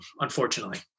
unfortunately